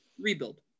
rebuild